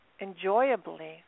enjoyably